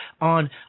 on